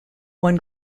one